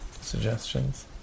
suggestions